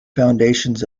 foundations